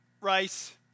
Rice